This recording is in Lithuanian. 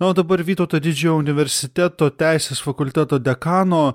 na o dabar vytauto didžiojo universiteto teisės fakulteto dekano